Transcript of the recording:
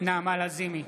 נעמה לזימי,